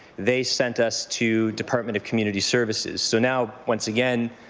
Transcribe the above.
they sent us to department of community services. so now once again,